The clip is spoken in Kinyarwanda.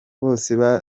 bose